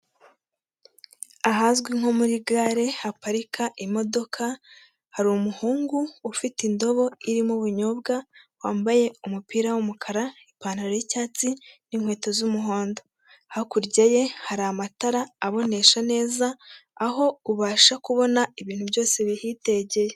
ahazwi nko muri gare haparika imodoka harumuhungu ufite indobo irimo ibnyobwa wambaye umupira w'umukara ipantaro yi'cyatsi n'inkweto z'umuhondo hakurya ye hari amatara abonesha neza aho ubasha kubona ibintu byose bihitegeye